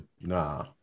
Nah